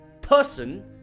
person